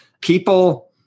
People